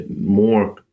more